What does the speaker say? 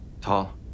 Tall